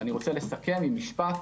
לסיכום, משפט